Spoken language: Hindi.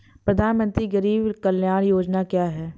प्रधानमंत्री गरीब कल्याण योजना क्या है?